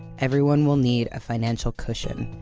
everyone will need a financial cushion.